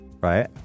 Right